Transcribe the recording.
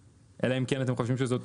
אלא אם כן אתם חושבים שזאת